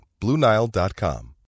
BlueNile.com